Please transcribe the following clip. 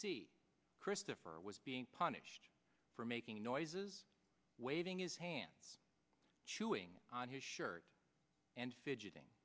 see christopher was being punished for making noises waving his hands chewing on his shirt and fidgeting